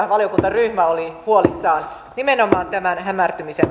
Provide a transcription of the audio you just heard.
valiokuntaryhmä oli huolissaan nimenomaan tämän hämärtymisen